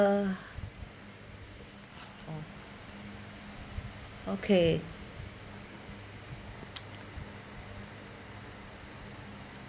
uh oh okay